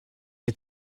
est